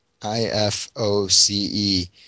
IFOCE